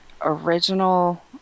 original